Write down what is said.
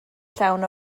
llawn